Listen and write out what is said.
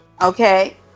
Okay